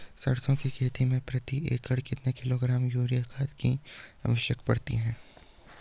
सरसों की खेती में प्रति एकड़ कितने किलोग्राम यूरिया खाद की आवश्यकता पड़ती है?